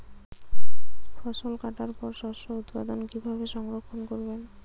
ফসল কাটার পর শস্য উৎপাদন কিভাবে সংরক্ষণ করবেন?